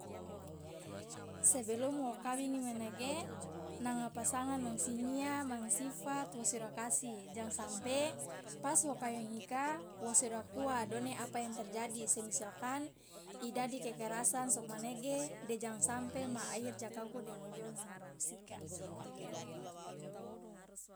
sebelum wo kawingi manege nanga pasangan ma singia mang sifat wosiodakasi jang sampe pas wo kawing ika wosi odakuwa done apa yang terjadi semisalkan idadi kekerasan sokomanege de jang sampe ma akhir ja kauku de wolio nanga balusika.